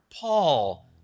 Paul